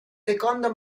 secondo